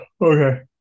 Okay